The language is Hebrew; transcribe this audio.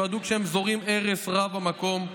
תועדו כשהם זורעים הרס רב במקום.